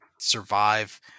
survive